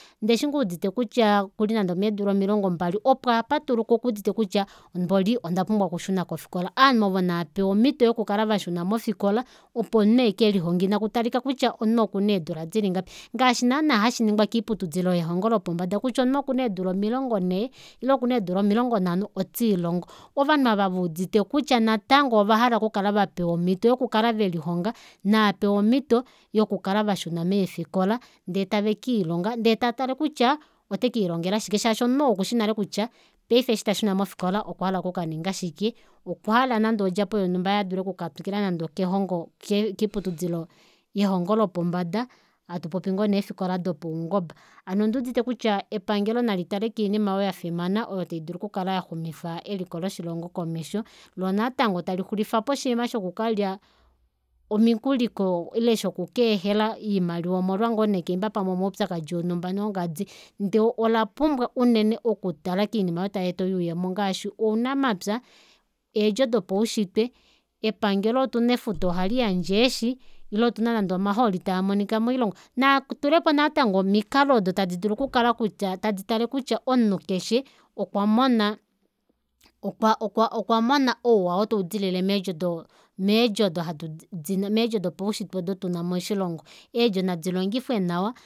Ndee eshi ngoo eudite kutya okuli nande omeedula omilongo mbali opo apatuluka okuudite kutya mboli ondapumbwa okushuna kofikola aanhu ovo naapewa omito yokukala vashuna mofikola opo omunhu ekelihonge ina kutalika kutya omunhu okuna eedula dili ngapi ngaashi naana hashingingwa kiiputudilo yelongo lopombada kutya omunhu okuna eedula omilongo nhee ile okuna eedula omilongo nhano otiilongo ovanhu ava veudite kutya natango ovahala oku kala vapewa omito yoku kala velihonga naapewe omito yokukala vashuna meefikola ndee tave kiilonga. ndeetatale kutya otekiilongela shike shaashi omunhu oo okushinale kutya paife eshi tashuna mofikola okwa hala okukaninga shike okwahala nande ondjapo yonhumba yee adule oku katwikila kelongo okiiputudilo yelongo lopombada hatu popi ngoo nee efikola dopaungoba hano ondiiudite kutya epangelo nali tale koinima aayo yafimana oyo taidulu oku kala yaxumifa eliko loshilongo komesho loo natango talixulifapo oshiima shoku kalya omikuli ko ile shoku keehela oimaliwa omolwa ngoo nee kaimba pamwe omaupyakadi onumba nongadi ndee ola pumbwa unene oku tala koinima aayo tayeeta oyuuyemo ngaashi ounamapya eedjo dopaushitwe epangelo otuna efuta ohali yandje eeshi ile outuna nande omahooli taamonika moilongo naatulepo natango tadi dulu oku kala kutya tadi tale kutya omunhu keshe okwa mona okwa okwa mona ouwa oo tautudilile meendjo odo hadi meendjo dopaushitwe odo tuna moshilongo eedjo nadi longifwe nawa